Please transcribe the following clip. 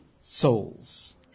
souls